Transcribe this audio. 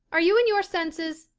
are you in your senses?